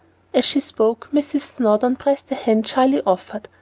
as she spoke, mrs. snowdon pressed the hand shyly offered,